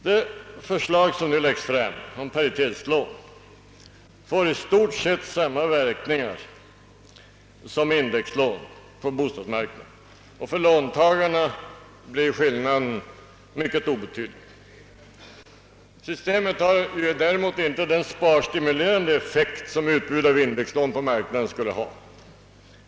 Det förslag om paritetslån som nu läggs fram får i stort sett samma verkningar på bostadsmarknaden som indexlån, och för låntagarna blir skillnaden mycket obetydlig. Systemet har däremot inte den sparstimulerande effekt som utbudet av indexlån på marknaden skulle ha.